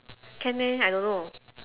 can meh I don't know